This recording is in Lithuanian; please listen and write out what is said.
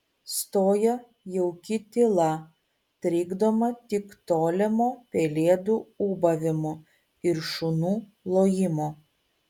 stoja jauki tyla trikdoma tik tolimo pelėdų ūbavimo ir šunų lojimo